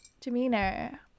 demeanor